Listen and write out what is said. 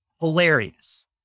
hilarious